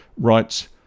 writes